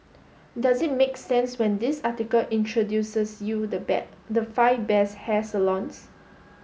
does it make sense when this article introduces you the the five best hair salons